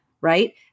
right